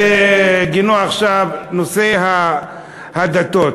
בגינו עכשיו, נושא הדתות.